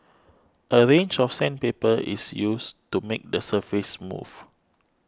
a range of sandpaper is used to make the surface smooth